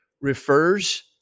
refers